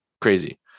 crazy